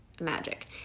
magic